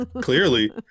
Clearly